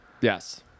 Yes